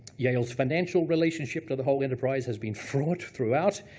yale's financial relationship to the whole enterprise has been fraught throughout.